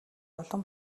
олон